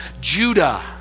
Judah